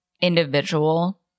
individual